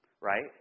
right